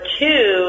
two